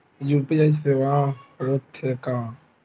UPI सेवाएं हो थे का?